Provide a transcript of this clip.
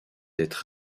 être